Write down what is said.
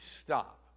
stop